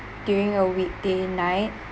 during a weekday night